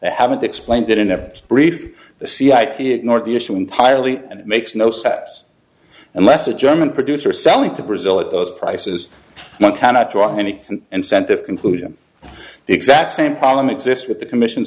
haven't explained it in a brief the c i t ignored the issue entirely and it makes no sense unless a german producer selling to brazil at those prices now cannot draw any and cent of conclusion the exact same problem exists with the commission